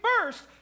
first